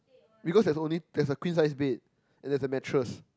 because there's only there's a queen sized bed and there's a mattress